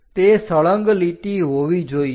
તે સળંગ લીટી હોવી જોઈએ